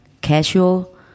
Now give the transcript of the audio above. casual